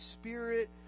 spirit